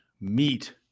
meat